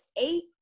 eight